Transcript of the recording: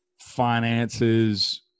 finances